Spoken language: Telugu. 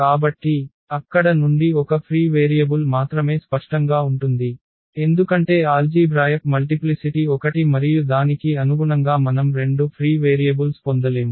కాబట్టి అక్కడ నుండి ఒక ఫ్రీ వేరియబుల్ మాత్రమే స్పష్టంగా ఉంటుంది ఎందుకంటే ఆల్జీభ్రాయక్ మల్టిప్లిసిటి ఒకటి మరియు దానికి అనుగుణంగా మనం రెండు ఫ్రీ వేరియబుల్స్ పొందలేము